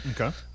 Okay